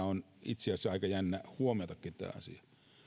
on itse asiassa aika jännäkin huomata tämä asia ulkomaalaisväestöstä